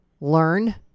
learn